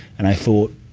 and i thought,